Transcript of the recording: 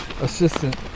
assistant